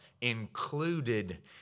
included